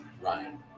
Ryan